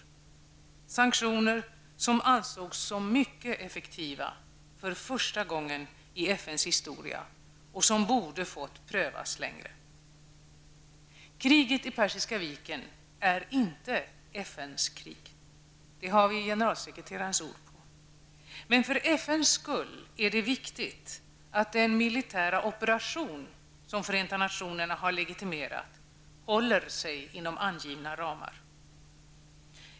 Det var sanktioner som ansågs som mycket effektiva för första gången i FNs historia och som borde ha fått prövas längre. Kriget i Persiska viken är inte FNs krig. Det har vi generalsekreterarens ord på. Men för FNs skull är det viktigt att den militära operation som Förenta nationerna har legitimerat håller sig inom angivna ramar.